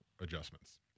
adjustments